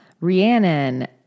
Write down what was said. Rhiannon